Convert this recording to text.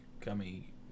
gummy